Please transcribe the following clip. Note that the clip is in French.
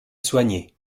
soigné